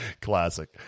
Classic